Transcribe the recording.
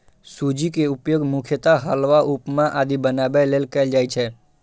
सूजी के उपयोग मुख्यतः हलवा, उपमा आदि बनाबै लेल कैल जाइ छै